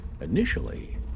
Initially